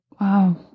Wow